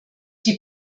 die